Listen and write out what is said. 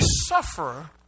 suffer